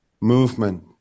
movement